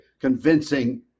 convincing